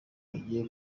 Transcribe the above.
hagiye